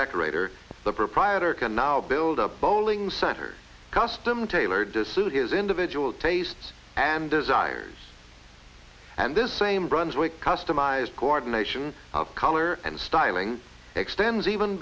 decorator the proprietor can now build a bowling center custom tailored to suit his individual tastes and desires and this same brunswick customized coordination of color and styling extends even